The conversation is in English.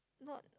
not